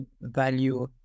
value